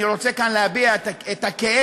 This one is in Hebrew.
אני רוצה כאן להביע את הכאב